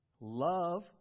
Love